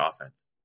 offense